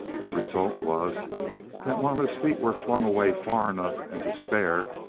the result was that while his feet were flung away far enough and to spare,